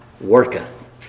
worketh